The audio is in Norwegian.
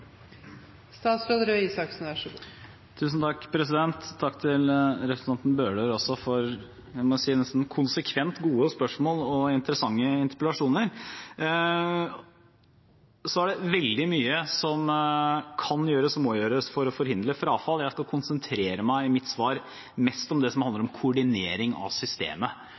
til representanten Bøhler for nesten konsekvent gode spørsmål og interessante interpellasjoner. Det er veldig mye som kan gjøres – og må gjøres – for å forhindre frafall. Jeg skal i mitt svar konsentrere meg mest om det som handler om koordinering av systemet.